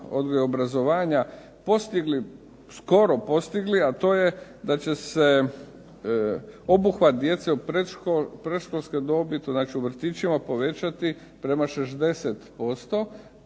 odgoja i obrazovanja postigli, skoro postigli a to je da će se obuhvat djece predškolske dobi, to znači u vrtićima povećati prema 60%.